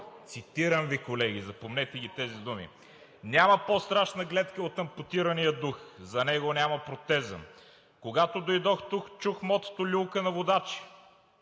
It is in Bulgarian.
цитирам Ви колеги, запомнете ги тези думи: „Няма по-страшна гледка от ампутирания дух – за него няма протеза.“ Когато дойдох тук, чух мотото „Люлка на водачи“,